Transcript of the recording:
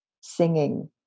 singing